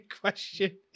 question